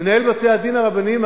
מנהל בתי-הדין הרבניים,